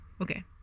Okay